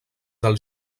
del